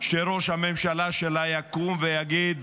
שראש הממשלה שלה יקום ויגיד: